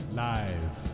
live